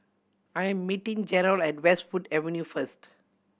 I am meeting Jerold at Westwood Avenue first